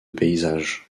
paysages